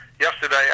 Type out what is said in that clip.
yesterday